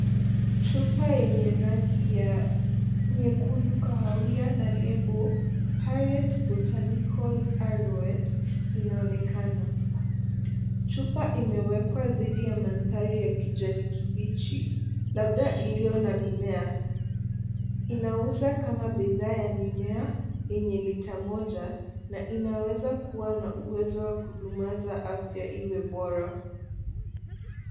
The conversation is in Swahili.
Chupa yenye rangi ya nyekundu kahawia na lebo HARRIET'S BOTANICALS ARORTWET inaonekana. Chupa imewekwa dhidi ya mandhari ya kijani kibichi, labda iliyo na mimea, inauza kama bidhaa ya mimea yenye lita moja na inaweza kuwa na uwezo wa kudumaza afya iwe bora.